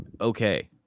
okay